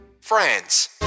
France